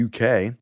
UK